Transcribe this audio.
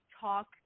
talk